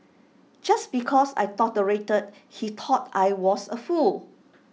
just because I tolerated he thought I was A fool